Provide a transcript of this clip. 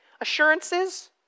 assurances